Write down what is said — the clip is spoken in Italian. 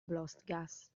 blostgas